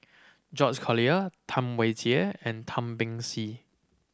George Collyer Tam Wai Jia and Tan Beng Swee